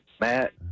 Matt